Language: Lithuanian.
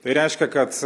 tai reiškia kad